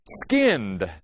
skinned